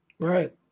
Right